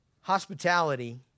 Hospitality